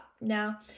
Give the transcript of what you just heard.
Now